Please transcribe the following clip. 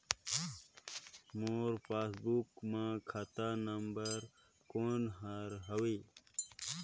मोर passbook मे खाता number कोन हर हवे?